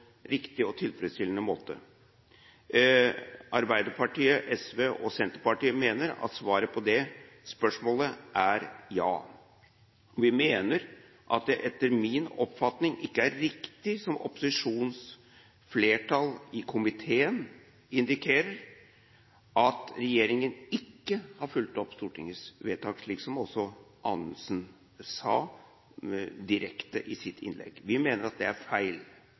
riktig og tilfredsstillende måte? Arbeiderpartiet, SV og Senterpartiet mener at svaret på det spørsmålet er ja. Vi mener at det ikke er riktig, som opposisjonens flertall i komiteen indikerer, og slik som også Anundsen sa direkte i sitt innlegg, at regjeringen ikke har fulgt opp Stortingets vedtak. Vi mener at det er feil.